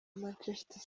manchester